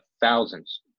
thousands